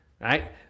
Right